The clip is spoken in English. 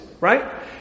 right